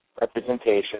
representation